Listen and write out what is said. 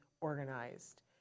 organized